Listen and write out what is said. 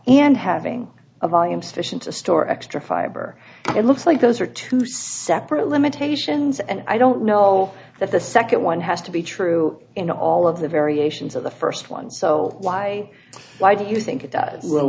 and having a volume sufficient to store extra fiber it looks like those are two separate limitations and i don't know that the second one has to be true in all of the variations of the first one so why why do you think it does w